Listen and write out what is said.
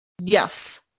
Yes